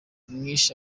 mwishe